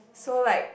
so like